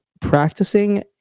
practicing